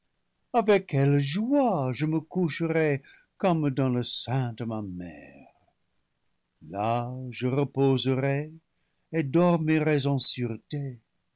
avec quelle joie je me coucherais comme dans le sein de ma mère là je reposerais et dormirais en sûreté